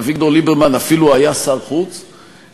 אביגדור ליברמן אפילו היה שר חוץ,